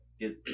get